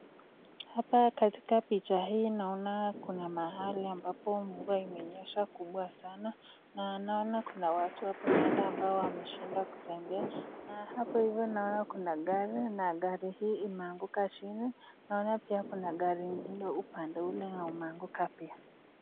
Hapa katika picha hii naona kuna mahali ambapo mvua imenyesha kubwa sana na naona kuna watu hapo kando ambao wameshindwa kutembea na hapo hivo naona kuna gari na gari hii imeanguka chini naona pia kuna gari ingine upande ule na umeanguka pia .